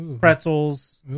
pretzels